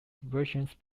versions